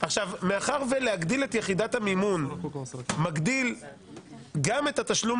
מאחר שלהגדיל את יחידת המימון מגדיל גם את התשלום